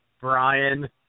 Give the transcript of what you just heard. Brian